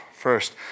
first